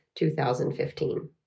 2015